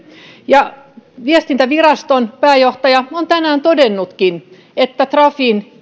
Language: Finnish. ja viestintäviraston pääjohtaja onkin tänään todennut että trafin